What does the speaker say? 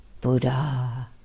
Buddha